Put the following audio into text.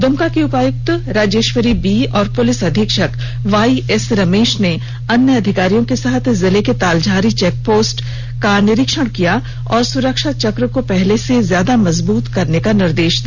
दुमका की उपायुक्त राजेष्वरी बी और पुलिस अधीक्षक वाई एस रमेष ने अन्य अधिकारियों के साथ जिले के तालझारी र्चक पोस्ट का निरीक्षण किया और सुरक्षा चक्र को पहले से ज्यादा मजबुत करने का निर्देष दिया